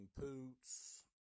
Poots